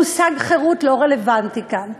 המושג חירות לא רלוונטי כאן.